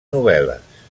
novel·les